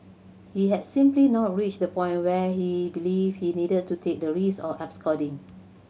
he had simply not reached the point where he believed he needed to take the risk of absconding